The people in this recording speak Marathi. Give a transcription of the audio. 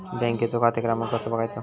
बँकेचो खाते क्रमांक कसो बगायचो?